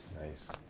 Nice